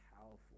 powerful